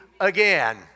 again